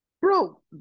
Bro